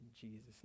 Jesus